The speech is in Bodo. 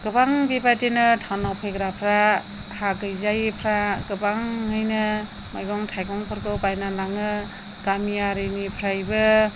गोबां बेबादिनो टाउनाव फैग्राफ्रा हा गैजायिफ्रा गोबाङैनो मैगं थाइगंफोरखौ बायनानै लाङो गामियारिनिफ्रायबो